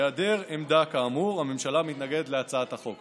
בהיעדר עמדה כאמור, הממשלה מתנגדת להצעת החוק.